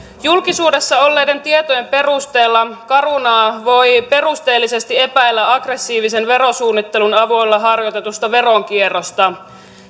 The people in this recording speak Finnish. julkisuudessa olleiden tietojen perusteella carunaa voi perustellusti epäillä aggressiivisen verosuunnittelun avulla harjoitetusta veronkierrosta